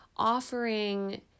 offering